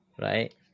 right